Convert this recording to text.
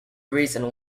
reason